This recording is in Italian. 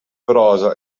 prosa